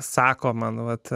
sako man nuolat